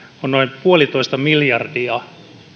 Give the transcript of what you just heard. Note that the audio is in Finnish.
on noin yksi pilkku viisi miljardia